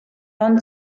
ond